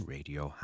Radio